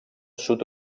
sud